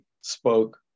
spoke